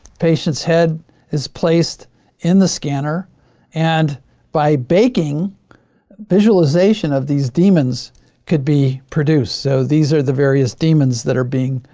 patients head is placed in the scanner and by baking visualization of these demons could be produced. so these are the various demons that are being